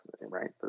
right